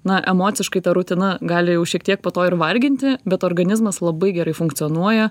na emociškai ta rutina gali jau šiek tiek po to ir varginti bet organizmas labai gerai funkcionuoja